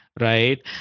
right